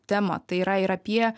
tema tai yra ir apie